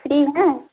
free में